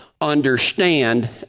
understand